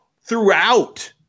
throughout